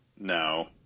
No